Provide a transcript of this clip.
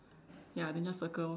ya then just circle lor